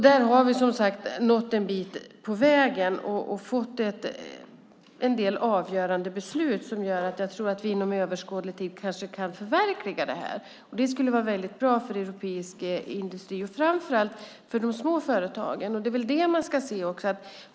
Där har vi, som sagt, nått en bit på vägen och fått en del avgörande beslut som innebär att vi inom överskådlig tid troligen kan förverkliga det här. Det skulle vara väldigt bra för europeisk industri och framför allt för de små företagen.